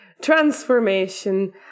transformation